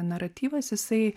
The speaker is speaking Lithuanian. naratyvas jisai